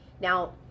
Now